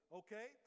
okay